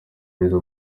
neza